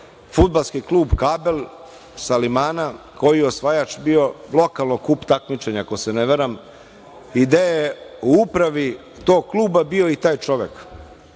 fudbalski klub Kabel sa Limana koji je osvajač bio lokalnog kup takmičenja, ako se ne varam i gde je u upravi tog kluba bio i taj čovek.